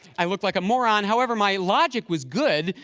i looked like a moron. however, my logic was good,